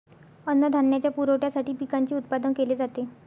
अन्नधान्याच्या पुरवठ्यासाठी पिकांचे उत्पादन केले जाते